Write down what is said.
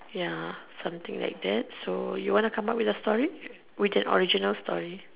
ya something like that so you want to come out with a story with an original story